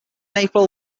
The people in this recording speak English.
april